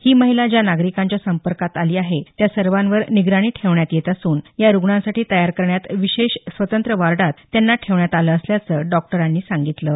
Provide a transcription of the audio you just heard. ही महिला ज्या नागरिकांच्या संपर्कात आली आहेत त्या सर्वांवर निगराणी ठेवण्यात येत असून या रुग्णांसाठी तयार करण्यात विशेष स्वतंत्र वार्डात त्यांना ठेवण्यात आलं असल्याचं डॉक्टरांनी म्हटलं आहे